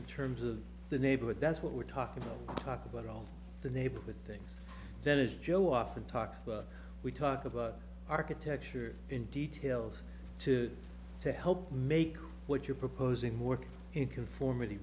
in terms of the neighborhood that's what we're talking about talk about all the neighborhood things that is joe off and talk we talk about architecture in details too to help make what you're proposing work in conformity